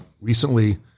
recently